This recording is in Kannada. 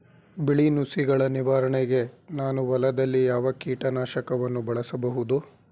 ಬಿಳಿ ನುಸಿಗಳ ನಿವಾರಣೆಗೆ ನಾನು ಹೊಲದಲ್ಲಿ ಯಾವ ಕೀಟ ನಾಶಕವನ್ನು ಬಳಸಬಹುದು?